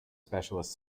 specialist